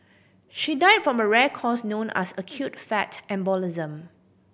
she died from a rare cause known as acute fat embolism